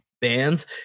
bands